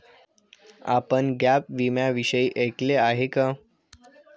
आपण गॅप विम्याविषयी ऐकले आहे का?